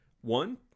one